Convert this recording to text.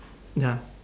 ya